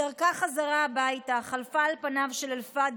בדרכה חזרה הביתה חלפה על פניו של אלפדל,